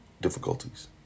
difficulties